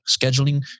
scheduling